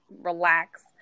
relax